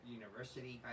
university